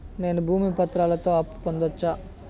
నేను భూమి పత్రాలతో అప్పు పొందొచ్చా?